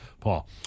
Paul